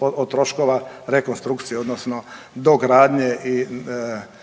od troškova rekonstrukcije, odnosno dogradnje i izgradnje